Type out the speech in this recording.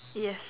yes